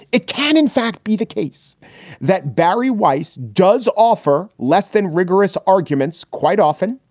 it can in fact be the case that barry weiss does offer less than rigorous arguments quite often.